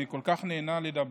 אני כל כך נהנה לדבר,